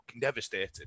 devastated